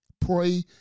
pray